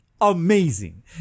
amazing